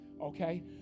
okay